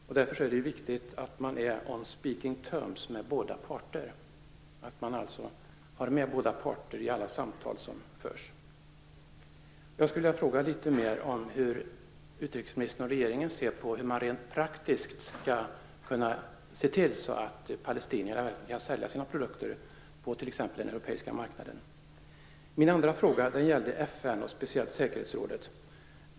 Det är därför viktigt att man är on speaking terms med båda parter och alltså har med båda parter i alla samtal som förs. Jag skulle vilja fråga litet mer om hur utrikesministern och regeringen ser på hur man rent praktiskt skall kunna göra det möjligt för palestinierna att sälja sina produkter på t.ex. den europeiska marknaden. Min andra fråga gällde FN och speciellt säkerhetsrådet.